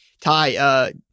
Ty